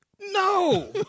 No